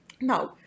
Now